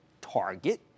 Target